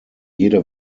jede